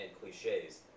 cliches